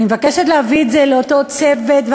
אני מבקשת להביא את זה לאותו צוות,